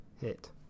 hit